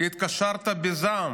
התקשרת בזעם